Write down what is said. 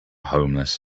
homeless